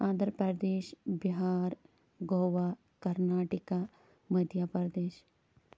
Andhra Pradesh Bihar Goa Karnataka Madhya Pradesh